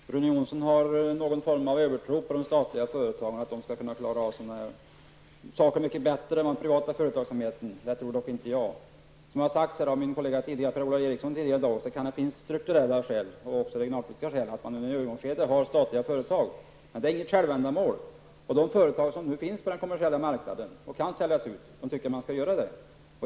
Herr talman! Rune Jonsson har någon form av övertro på de statliga företagen, att de skall kunna klara av sina saker mycket bättre än den privata företagsamheten. Det tror dock inte jag. Som sagts tidigare i dag av min kollega Per-Ola Eriksson, kan det finnas strukturella skäl och också regionalpolitiska skäl att i ett övergångsskede ha statliga företag, men det är inget självändamål. De företag som nu finns på den kommersiella marknaden kan säljas ut, och då tycker jag att man skall göra det.